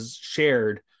shared